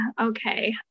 Okay